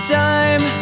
time